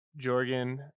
jorgen